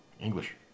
English